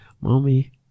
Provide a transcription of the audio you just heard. Mommy